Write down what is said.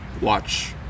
watch